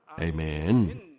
Amen